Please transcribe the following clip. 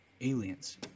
aliens